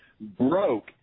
broke